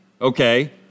okay